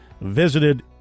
visited